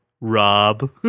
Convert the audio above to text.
Rob